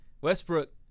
Westbrook